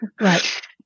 Right